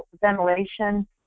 ventilation